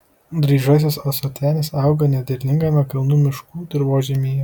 dryžasis ąsotenis auga nederlingame kalnų miškų dirvožemyje